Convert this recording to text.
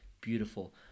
beautiful